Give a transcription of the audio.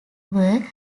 were